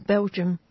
Belgium